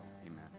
amen